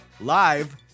live